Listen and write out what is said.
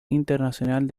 internacional